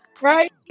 Right